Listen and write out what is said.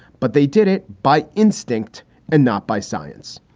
but they did it by instinct and not by science.